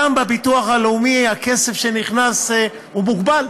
גם בביטוח הלאומי הכסף שנכנס הוא מוגבל,